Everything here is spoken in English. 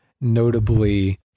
notably